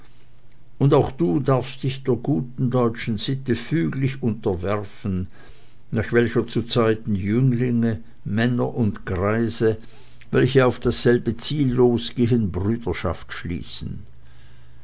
und auch du darfst dich der guten deutschen sitte füglich unterwerfen nach welcher zuzeiten jünglinge männer und greise welche auf dasselbe ziel losgehen brüderschaft schließen